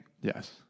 Yes